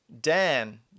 Dan